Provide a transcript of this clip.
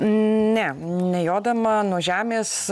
ne nejodama nuo žemės